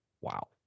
wow